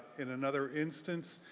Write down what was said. in another instance,